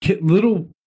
Little